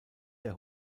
der